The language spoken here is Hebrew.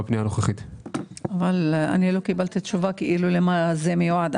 לא קיבלתי תשובה למה זה מיועד.